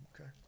Okay